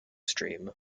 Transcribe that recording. stream